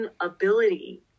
ability